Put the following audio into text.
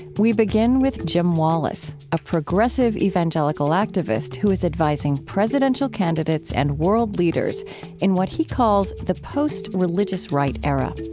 we begin with jim wallis, a progressive evangelical activist who is advising presidential candidates and world leaders in what he calls the post-religious right era.